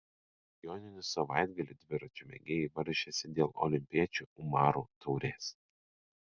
joninių savaitgalį dviračių mėgėjai varžėsi dėl olimpiečių umarų taurės